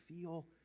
feel